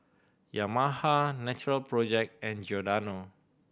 Yamaha Natural Project and Giordano